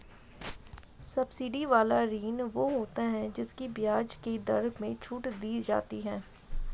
subsidy वाला ऋण वो होता है जिसकी ब्याज की दर में छूट दी जाती है